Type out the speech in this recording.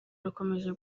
rukomeje